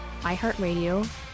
iHeartRadio